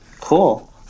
Cool